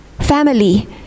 Family